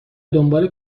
دنبال